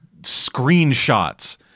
screenshots